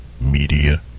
Media